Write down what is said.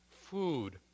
food